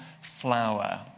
flower